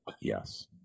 Yes